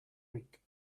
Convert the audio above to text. week